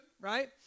right